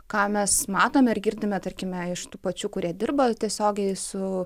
ką mes matome ir girdime tarkime iš tų pačių kurie dirba tiesiogiai su